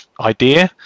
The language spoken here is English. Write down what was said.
idea